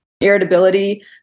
Irritability